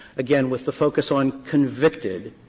again, with the focus on convicted,